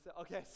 Okay